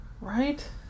Right